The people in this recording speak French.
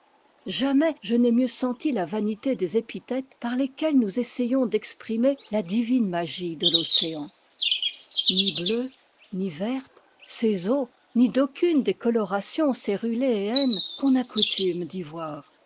jamais je n'ai mieux senti la vanité des épithètes par lesquelles nous essayons d'exprimer la divine magie de l'océan ni bleues ni vertes ces eaux ni d'aucune des colorations céruléennes qu'on a coutume